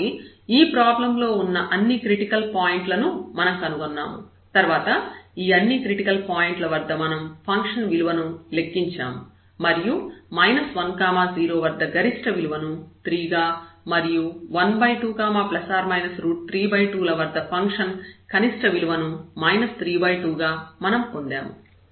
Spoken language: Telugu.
కాబట్టి ఈ ప్రాబ్లం లో ఉన్న అన్ని క్రిటికల్ పాయింట్లను మనం కనుగొన్నాము తర్వాత ఈ అన్ని క్రిటికల్ పాయింట్ల వద్ద మనం ఫంక్షన్ విలువను లెక్కించాము మరియు 10 వద్ద గరిష్ట విలువను 3 గా మరియు 12±32 ల వద్ద కనిష్ట విలువను 32 గా మనం పొందాము